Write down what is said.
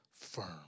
firm